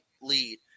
lead